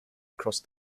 across